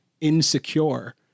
insecure